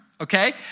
Okay